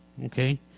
Okay